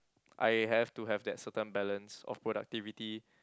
I have to have that certain balance of productivity